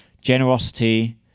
generosity